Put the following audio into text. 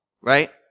right